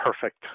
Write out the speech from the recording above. perfect